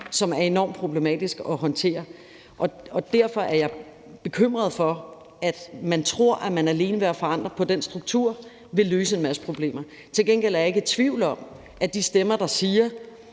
som er enormt svær at håndtere. Derfor er jeg bekymret for, at man tror, at man alene ved at forandre på den struktur kan løse en masse problemer. Til gengæld er jeg ikke i tvivl i forhold til de stemmer, der siger,